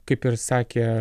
kaip ir sakė